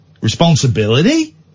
Responsibility